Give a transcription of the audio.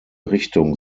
richtung